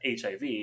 HIV